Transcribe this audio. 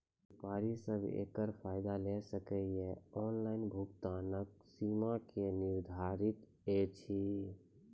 व्यापारी सब एकरऽ फायदा ले सकै ये? ऑनलाइन भुगतानक सीमा की निर्धारित ऐछि?